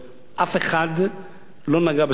אף אחד לא נגע בסוגיה,